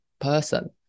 person